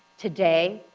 today,